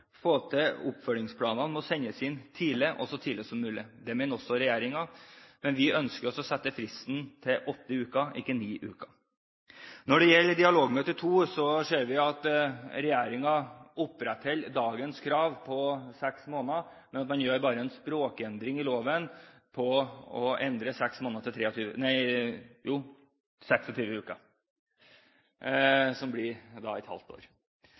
mener også regjeringen, men vi ønsker å sette fristen til åtte uker, ikke til ni uker. Når det gjelder dialogmøte 2, ser vi at regjeringen opprettholder dagens krav på seks måneder – man gjør bare en språkendring i loven ved å endre seks måneder til 26 uker, som blir et halvt år.